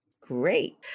Great